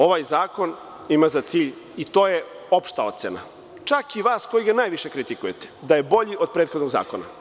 Ovaj zakon ima za cilj, i to je opšta ocena, čak i vas koji ga najviše kritikujete, da je bolji od prethodnog zakona.